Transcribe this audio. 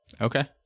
Okay